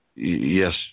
Yes